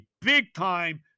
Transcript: big-time